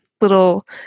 little